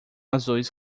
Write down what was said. azuis